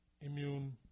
immune